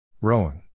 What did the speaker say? Rowing